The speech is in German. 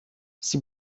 sie